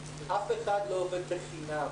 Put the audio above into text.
אף אחד לא עובד בחינם.